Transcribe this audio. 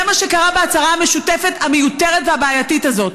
זה מה שקרה בהצהרה המשותפת המיותרת והבעייתית הזאת.